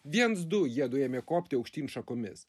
viens du jiedu ėmė kopti aukštyn šakomis